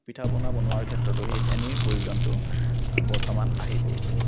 পিঠা পনা বনোৱাৰ ক্ষেত্ৰতো সেই চেনিৰ প্ৰয়োজনটো বৰ্তমান আহি পৰিছে